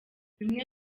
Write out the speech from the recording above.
bimwe